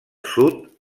sud